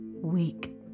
weak